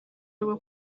rwo